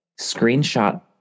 screenshot